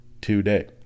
today